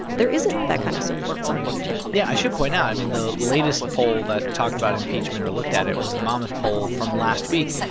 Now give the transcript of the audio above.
there isn't that kind of support for impeachment yeah. i should point out i mean, the latest poll that talked about impeachment or looked at it was the monmouth poll from last week.